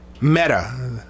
Meta